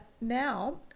now